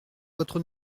votre